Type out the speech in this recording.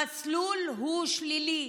המסלול הוא שלילי.